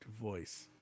voice